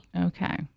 Okay